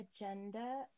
agenda